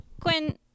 Quinn